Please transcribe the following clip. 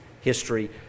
history